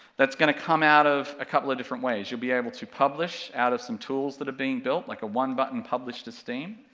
that's gonna come out of a couple of different ways. you'll be able to publish out of some tools that are being built, like a one button publish to steam.